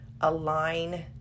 align